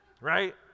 Right